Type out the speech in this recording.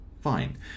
fine